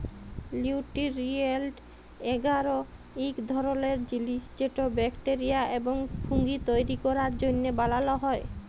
লিউটিরিয়েল্ট এগার ইক ধরলের জিলিস যেট ব্যাকটেরিয়া এবং ফুঙ্গি তৈরি ক্যরার জ্যনহে বালাল হ্যয়